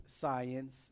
science